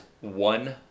one